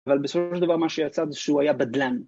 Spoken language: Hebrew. אבל בסופו של דבר מה שיצא זה שהוא היה בדלן